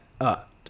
up